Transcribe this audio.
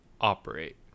operate